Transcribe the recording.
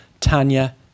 Tanya